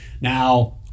now